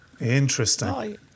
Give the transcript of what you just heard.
Interesting